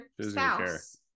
spouse